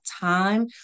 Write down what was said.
time